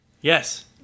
Yes